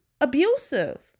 abusive